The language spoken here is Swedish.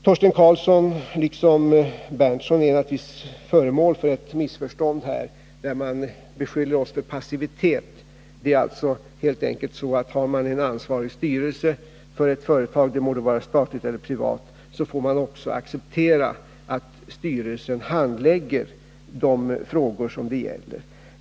Torsten Karlsson liksom Nils Berndtson är naturligtvis föremål för ett missförstånd, när de beskyller oss för passivitet. Det är helt enkelt så, att har man en ansvarig styrelse för ett företag, det må vara statligt eller privat, så får man också acceptera att styrelsen handlägger de frågor som det gäller.